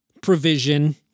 provision